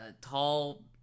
tall